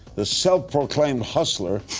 the self-proclaimed hustler,